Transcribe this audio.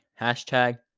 Hashtag